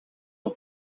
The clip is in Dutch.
een